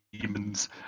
demons